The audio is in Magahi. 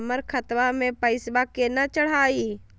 हमर खतवा मे पैसवा केना चढाई?